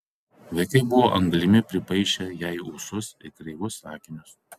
vaikai buvo anglimi pripaišę jai ūsus ir kreivus akinius